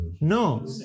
No